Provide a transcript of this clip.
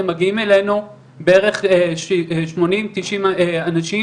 הם מגיעים אלינו בערך שמונים-תשעים אנשים,